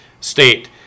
state